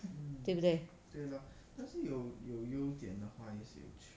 对不对